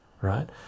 right